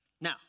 Now